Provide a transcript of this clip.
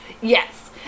Yes